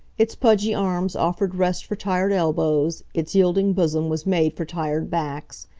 its pudgy arms offered rest for tired elbows its yielding bosom was made for tired backs.